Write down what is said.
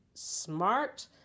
Smart